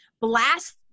blast